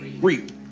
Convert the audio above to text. reap